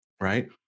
right